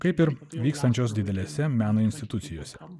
kaip ir vykstančios didelėse meno institucijose